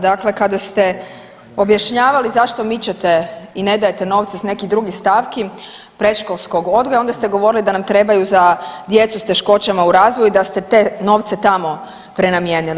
Dakle, kada ste objašnjavali zašto mičete i ne dajete novce s nekih drugih stavki predškolskog odgoja onda ste govorili da nam trebaju za djecu s teškoćama u razvoju, da ste te novce tamo prenamijenili.